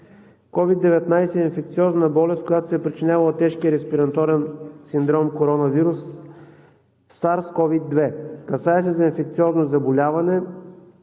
COVID-19 е инфекциозна болест, която се причинява от тежкия респираторен синдром коронавирус SARS CoV-2. Касае се за инфекциозно заболяване,